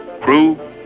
Crew